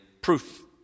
proof